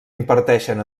imparteixen